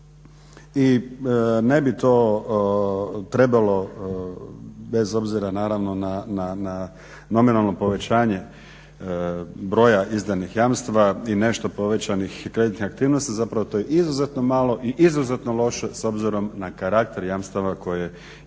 I ne bi to trebalo bez obzira naravno na nominalno povećanje broja izdanih jamstava i nešto povećanih kreditnih aktivnosti to je izuzetno malo i izuzetno loše s obzirom na karakter jamstava koje je HAMAG